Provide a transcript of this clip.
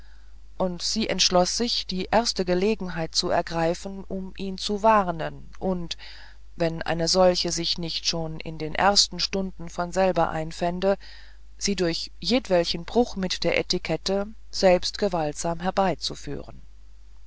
und sie entschloß sich die erste gelegenheit zu ergreifen um ihn zu warnen und wenn eine solche sich nicht schon in den ersten stunden von selber einfände sie durch jedwelchen bruch mit der etikette selbst gewaltsam herbeizuführen